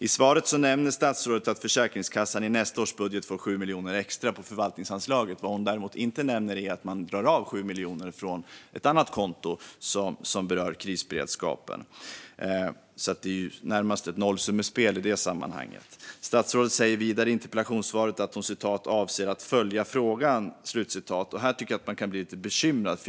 I svaret nämner statsrådet att Försäkringskassan i nästa års budget får 7 miljoner extra i förvaltningsanslaget. Vad hon däremot inte nämner är att man drar av 7 miljoner från ett annat konto som berör krisberedskapen. Det är alltså närmast ett nollsummespel. Statsrådet säger vidare i interpellationssvaret att hon avser att följa frågan, och då blir jag lite bekymrad.